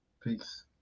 Peace